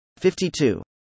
52